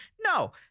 No